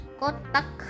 kotak